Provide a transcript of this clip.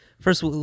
First